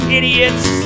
idiots